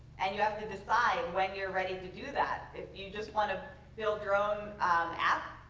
and you have to decide when you're ready to do that. if you just want to build your own app,